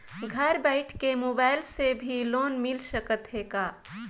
घर बइठे मोबाईल से भी लोन मिल सकथे का?